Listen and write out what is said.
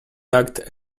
tugged